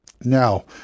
now